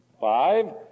Five